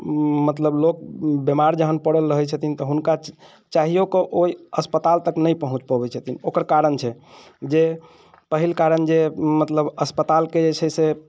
मतलब लोक बीमार जहन पड़ल रहैत छथिन तऽ हुनका चाहिओ कऽ ओहि अस्पताल तक नहि पहुँच पबैत छथिन ओकर कारण छै जे पहिल कारण जे मतलब अस्पतालके जे छै से